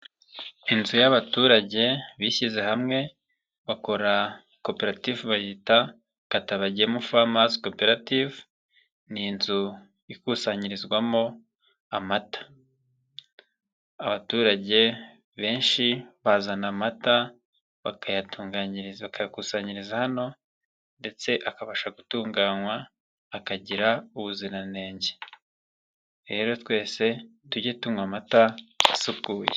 Inzu y'abaturage bishyize hamwe, bakora koperative bayita katabagemu famazi koperative, ni inzu ikusanyirizwamo amata, abaturage benshi bazana amata bakayatunganyiriza, bakayakusanyiriza hano ndetse akabasha gutunganywa, akagira ubuziranenge. Rero twese tujye tunywa amata asukuye.